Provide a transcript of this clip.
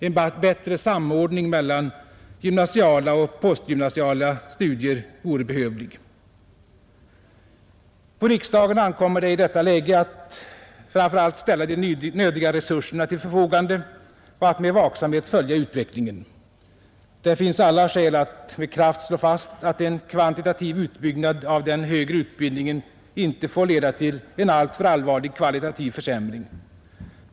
En bättre samordning mellan gymnasiala och postgymnasiala studier vore behövlig. På riksdagen ankommer det i detta läge att framför allt ställa de nödiga resurserna till förfogande och att med vaksamhet följa utvecklingen. Det finns alla skäl att med kraft slå fast att en kvantitativ utbyggnad av den högre utbildningen inte får leda till en alltför allvarlig kvalitativ försämring.